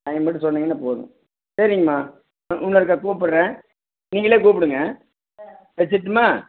time மட்டும் சொன்னீங்கன்னா போதும் சரிங்கம்மா இன்னொருக்க கூப்பிட்றேன் நீங்களே கூப்பிடுங்க வச்சிருட்டுமா